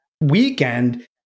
weekend